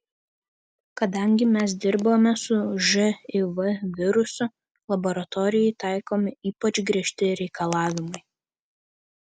kadangi mes dirbame su živ virusu laboratorijai taikomi ypač griežti reikalavimai